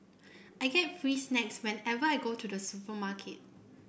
I get free snacks whenever I go to the supermarket